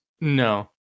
No